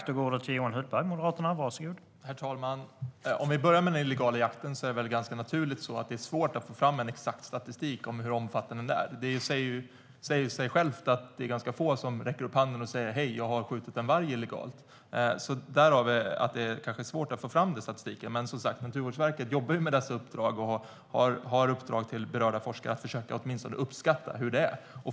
Herr talman! När det till att börja med gäller den illegala jakten är det väl ganska naturligt att det är svårt att få fram en exakt statistik om hur omfattande den är. Det säger ju sig självt att det är ganska få som räcker upp handen och säger: Hej, jag har skjutit en varg illegalt. Därav kanske det är svårt att få fram statistiken. Men som sagt jobbar Naturvårdsverket med dessa uppdrag och har uppdrag till berörda forskare att åtminstone försöka uppskatta hur det är.